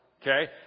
okay